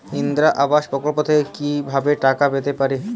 ইন্দিরা আবাস প্রকল্প থেকে কি ভাবে টাকা পেতে পারি?